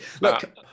Look